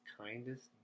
kindest